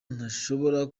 ntashobora